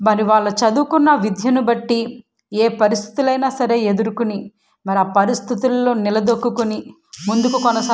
మరి వాళ్ళ చదువుకున్న విద్యను బట్టి ఏ పరిస్థితులైన సరే ఎదుర్కొని మరి ఆ పరిస్థితులలో నిలదొక్కుకొని ముందుకు కొనసాగ